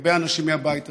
הרבה אנשים מהבית הזה,